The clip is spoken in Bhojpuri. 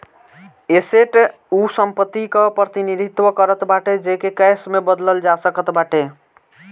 एसेट उ संपत्ति कअ प्रतिनिधित्व करत बाटे जेके कैश में बदलल जा सकत बाटे